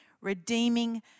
Redeeming